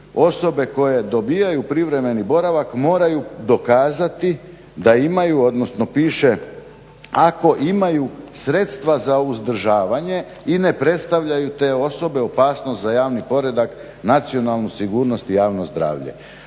osobe koje dobivaju privremeni boravak moraju dokazati da imaju, odnosno piše ako imaju sredstva za uzdržavanje i ne predstavljaju te osobe opasnost za javni poredak, nacionalnu sigurnost i javno zdravlje.